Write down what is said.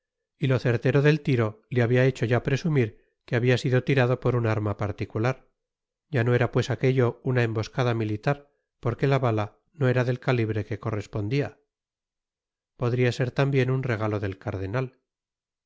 y lo certero del tiro le habia hecho ya presumir que habia sido tirado con una arma particular ya no era pues aquello una emboscada militar porque la bala no era del calibre que correspondia podría ser tambien un regalo del cardenal